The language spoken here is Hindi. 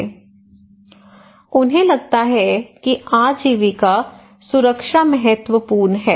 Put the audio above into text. स्लाइड समय देखें 273 उन्हें लगता है कि आजीविका सुरक्षा महत्वपूर्ण है